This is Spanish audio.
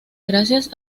gracias